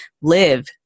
live